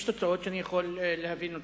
יש תוצאות שאני יכול להבין אותן,